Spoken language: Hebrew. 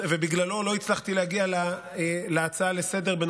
ובגללו לא הצלחתי להגיע להצעה לסדר-היום